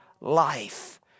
life